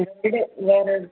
yesterday வேறு எதுவும்